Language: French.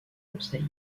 conseil